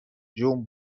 جون